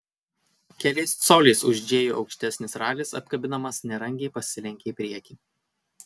keliais coliais už džėjų aukštesnis ralis apkabinamas nerangiai pasilenkė į priekį